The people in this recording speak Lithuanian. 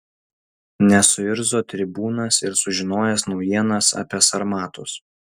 nesuirzo tribūnas ir sužinojęs naujienas apie sarmatus